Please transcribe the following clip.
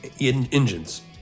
engines